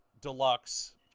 Deluxe